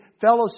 fellow